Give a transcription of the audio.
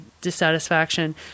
dissatisfaction